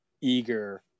eager